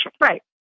Right